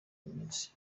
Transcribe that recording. iminsi